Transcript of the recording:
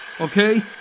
Okay